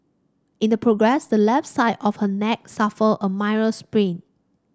in the progress the left side of her neck suffered a minor sprain